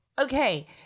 okay